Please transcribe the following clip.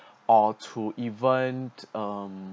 or to even um